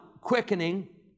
quickening